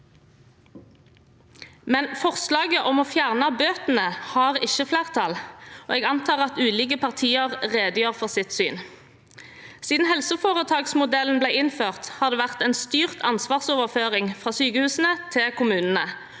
men forslaget om å fjerne bøtene har ikke flertall, og jeg antar at de ulike partiene redegjør for sitt syn. Siden helseforetaksmodellen ble innført, har det vært en styrt ansvarsoverføring fra sykehusene til kommunene.